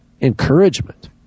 encouragement